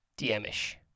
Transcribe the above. DM-ish